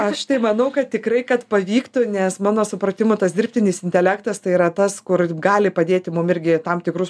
aš tai manau kad tikrai kad pavyktų nes mano supratimu tas dirbtinis intelektas tai yra tas kur gali padėti mum irgi tam tikrus